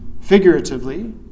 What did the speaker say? figuratively